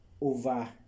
over